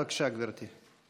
בבקשה, גברתי.